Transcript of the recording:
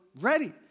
ready